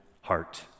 heart